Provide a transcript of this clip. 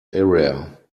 area